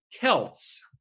Celts